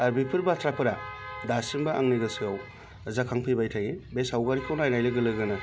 आरो बेफोर बाथ्राफोरा दासिमबो आंनि गोसोआव जाखांफैबाय थायो बे सावगारिखौ नायनाय लोगो लोगोनो